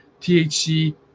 THC